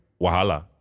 Wahala